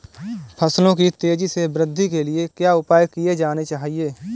फसलों की तेज़ी से वृद्धि के लिए क्या उपाय किए जाने चाहिए?